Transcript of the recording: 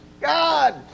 God